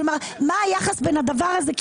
כלומר מה היחס בין הדבר הזה,